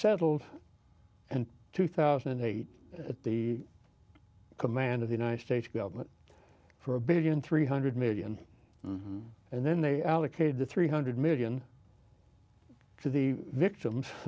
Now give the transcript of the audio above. settled and two thousand and eight at the command of the united states government for a one billion three hundred million and then they allocated the three hundred million to the victims